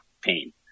pain